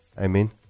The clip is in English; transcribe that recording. Amen